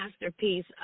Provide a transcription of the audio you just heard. masterpiece